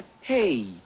Hey